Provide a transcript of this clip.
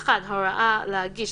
(1) הוראה להגיש,